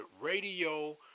radio